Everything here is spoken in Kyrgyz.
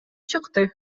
чыкты